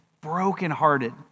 brokenhearted